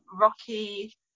rocky